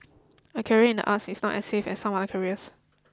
a career in the arts is not as safe as some other careers